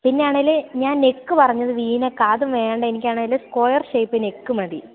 പിന്നെ ആണെങ്കിൽ ഞാൻ നെക്ക് പറഞ്ഞത് വി നെക്ക് ആണ് അതും വേണ്ട എനിക്ക് ആണെങ്കിൽ സ്ക്വയര് ഷേപ്പ് നെക്ക് മതി